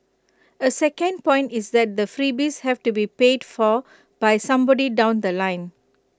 A second point is that the freebies have to be paid for by somebody down The Line